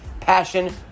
passion